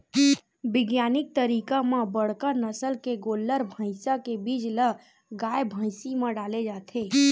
बिग्यानिक तरीका म बड़का नसल के गोल्लर, भइसा के बीज ल गाय, भइसी म डाले जाथे